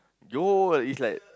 Johor is like